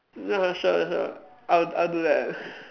not even sure if I I'll I'll do that